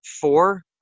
four